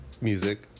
music